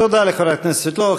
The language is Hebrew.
תודה לחברת הכנסת סבטלובה.